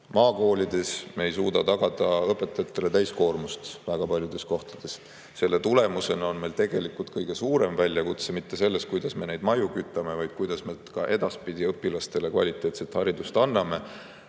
Maakoolides me ei suuda tagada õpetajatele täiskoormust väga paljudes kohtades. Selle tõttu on meil tegelikult kõige suurem küsimus mitte selles, kuidas me neid maju kütame, vaid kuidas me ka edaspidi õpilastele kvaliteetset haridust anname.